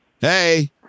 Hey